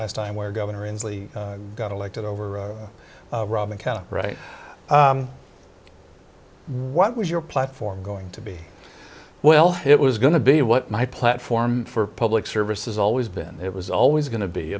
last time where governor inslee got elected over rob mccallum right what was your platform going to be well it was going to be what my platform for public service has always been it was always going to be